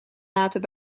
laten